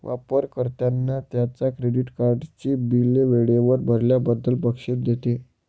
वापर कर्त्यांना त्यांच्या क्रेडिट कार्डची बिले वेळेवर भरल्याबद्दल बक्षीस देते